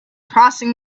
crossing